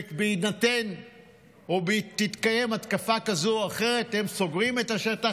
ובהתקיים התקפה כזאת או אחרת הם סוגרים את השטח,